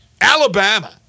Alabama